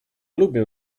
lubię